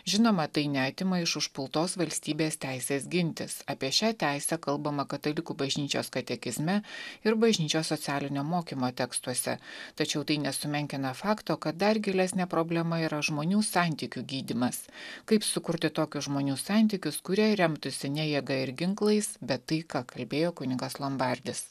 žinoma tai neatima iš užpultos valstybės teisės gintis apie šią teisę kalbama katalikų bažnyčios katekizme ir bažnyčios socialinio mokymo tekstuose tačiau tai nesumenkina fakto kad dar gilesnė problema yra žmonių santykių gydymas kaip sukurti tokius žmonių santykius kurie remtųsi ne jėga ir ginklais bet taika kalbėjo kunigas lombardis